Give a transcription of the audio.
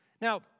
Now